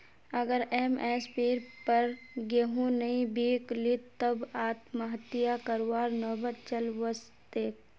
अगर एम.एस.पीर पर गेंहू नइ बीक लित तब आत्महत्या करवार नौबत चल वस तेक